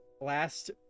last